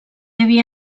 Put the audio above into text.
havia